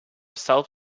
self